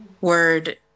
word